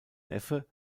neffe